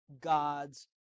God's